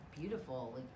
beautiful